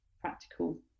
practical